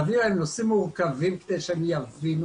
להביא להם נושאים מורכבים כדי שהם יבינו